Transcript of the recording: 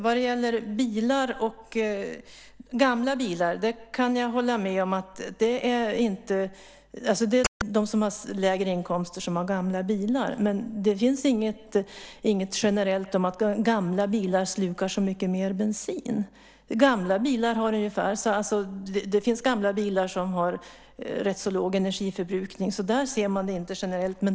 Jag kan hålla med om att de med lägre inkomster har gamla bilar. Men det finns inget generellt som säger att gamla bilar slukar så mycket mer bensin. Det finns gamla bilar som har rätt låg energiförbrukning. Där ser man det inte generellt.